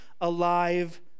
alive